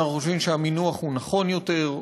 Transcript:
אנחנו חושבים שהמינוח הוא נכון יותר,